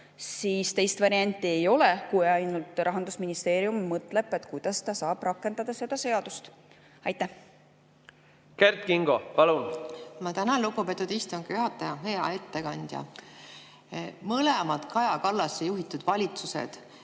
siis teist varianti ei ole, kui ainult see, et Rahandusministeerium mõtleb, kuidas ta saab rakendada seda seadust. Kert Kingo, palun! Kert Kingo, palun! Ma tänan, lugupeetud istungi juhataja! Hea ettekandja! Mõlemad Kaja Kallase juhitud valitsused